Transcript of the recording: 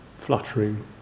fluttering